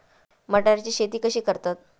मटाराची शेती कशी करतात?